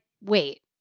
wait